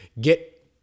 get